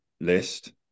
list